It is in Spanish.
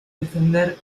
defender